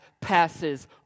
passes